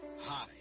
Hi